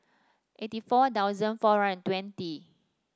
eighty four thousand four and twenty